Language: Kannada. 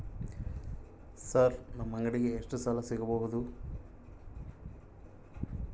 ಸರ್ ನಮ್ಮ ಅಂಗಡಿಗೆ ಎಷ್ಟು ಸಾಲ ಸಿಗಬಹುದು?